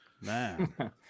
man